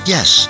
Yes